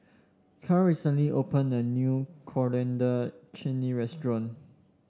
Karl recently opened a new Coriander Chutney Restaurant